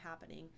happening